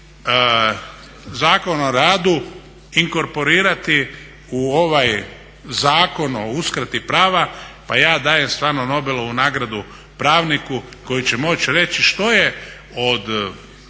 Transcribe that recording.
3. Zakona o radu inkorporirati u ovaj Zakon o uskrati prava pa ja dajem stvarno Nobelovu nagradu pravniku koji će moći reći što je od 1.